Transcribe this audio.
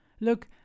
Look